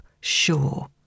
sure